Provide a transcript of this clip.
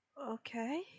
okay